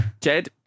Jed